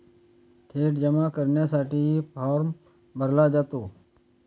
थेट जमा करण्यासाठीही फॉर्म भरला जातो